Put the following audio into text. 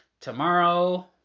tomorrow